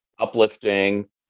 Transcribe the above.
uplifting